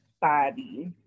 body